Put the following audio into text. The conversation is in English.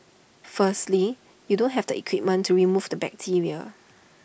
firstly you don't have the equipment to remove the bacteria